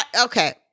Okay